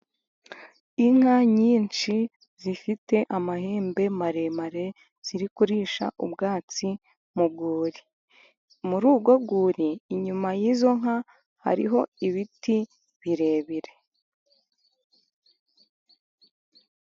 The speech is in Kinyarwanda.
Inka nyinshi zifite amahembe maremare, ziri kurisha ubwatsi mu rwuri, muri urwo rwuri , inyuma y'izo nka hariho ibiti birebire.